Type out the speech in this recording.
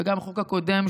וגם החוק הקודם,